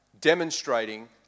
demonstrating